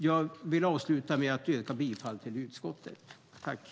Jag vill avsluta med att yrka bifall till utskottets förslag.